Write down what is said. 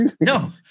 No